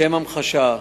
לשם המחשה,